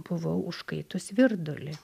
buvau užkaitus virdulį